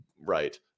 Right